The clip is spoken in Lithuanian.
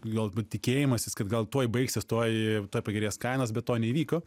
galbūt tikėjimasis kad gal tuoj baigsis tuoj pagerės kainos bet to neįvyko